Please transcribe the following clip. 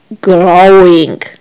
growing